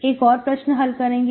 एक और प्रश्न हल करेंगे